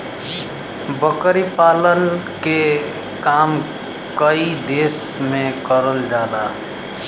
बकरी पालन के काम कई देस में करल जाला